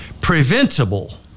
Preventable